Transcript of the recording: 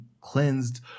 cleansed